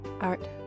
art